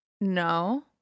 no